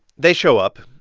they show up.